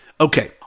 Okay